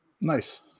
Nice